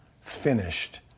finished